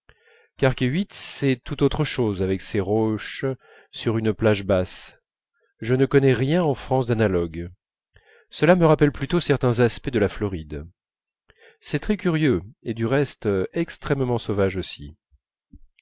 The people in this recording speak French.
carquethuit c'est tout autre chose avec ces roches sur une plage basse je ne connais rien en france d'analogue cela me rappelle plutôt certains aspects de la floride c'est très curieux et du reste extrêmement sauvage aussi